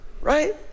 right